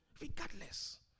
Regardless